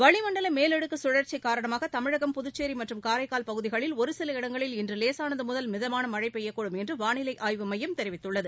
வளிமண்டலமேலடுக்குகழற்சிகாரணமாகதமிழகம் புதுச்சேரிமற்றும் காரைக்கால் பகுதிகளில் ஒருசில இடங்களில் இன்றுலேசானதுமுதல் மிதமானமழைபெய்யக்கூடும் என்றுவானிலைஆய்வு மையம் தெரிவித்துள்ளது